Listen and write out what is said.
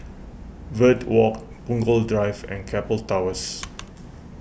Verde Walk Punggol Drive and Keppel Towers